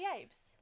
Apes